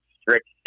strict